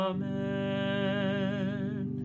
Amen